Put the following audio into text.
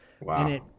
Wow